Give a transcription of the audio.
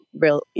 real